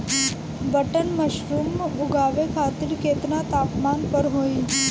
Button mushroom उगावे खातिर केतना तापमान पर होई?